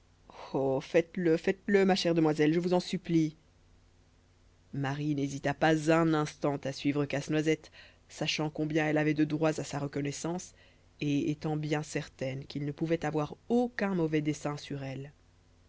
oh faites-le faites-le ma chère demoiselle je vous en supplie marie n'hésita pas un instant à suivre casse-noisette sachant combien elle avait de droits à sa reconnaissance et étant bien certaine qu'il ne pouvait avoir aucun mauvais dessein sur elle